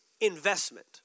investment